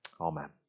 Amen